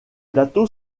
plateau